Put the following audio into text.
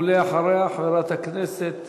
ולאחריה, חברת הכנסת